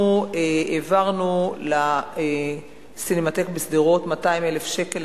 העברנו לסינמטק בשדרות 200,000 שקלים